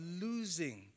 losing